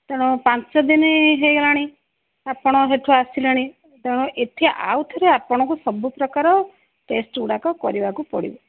ତେଣୁ ପାଞ୍ଚ ଦିନ ହେଇଗଲାଣି ଆପଣ ସେଠୁ ଆସିଲେଣି ତ ଏଠି ଆଉଥରେ ଆପଣଙ୍କୁ ସବୁ ପ୍ରକାର ଟେଷ୍ଟ ଗୁଡ଼ାକ କରିବାକୁ ପଡ଼ିବ